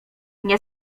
nie